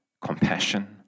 compassion